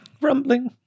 Rumbling